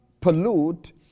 pollute